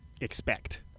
expect